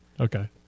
Okay